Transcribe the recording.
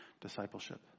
discipleship